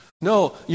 No